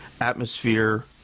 atmosphere